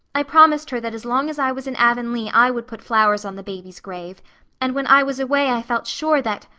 i promised her that as long as i was in avonlea i would put flowers on the baby's grave and when i was away i felt sure that.